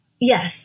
Yes